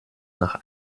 nach